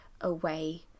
away